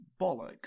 bollocks